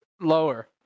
Lower